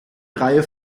reihe